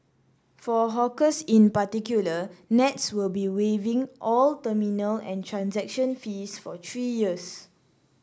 for hawkers in particular Nets will be waiving all terminal and transaction fees for three years